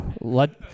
let